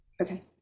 Okay